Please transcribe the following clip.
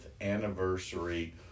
anniversary